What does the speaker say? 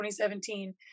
2017